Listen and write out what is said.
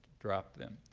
dropped them.